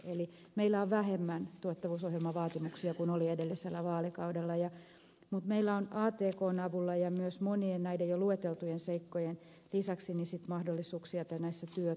eli meillä on vähemmän tuottavuusohjelman vaatimuksia kuin oli edellisellä vaalikaudella mutta meillä on atkn avulla ja myös monien näiden jo lueteltujen seikkojen lisäksi sitten mahdollisuuksia näissä työtavoissa